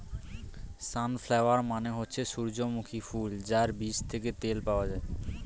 sunflower মানে হচ্ছে সূর্যমুখী ফুল যার বীজ থেকে তেল পাওয়া যায়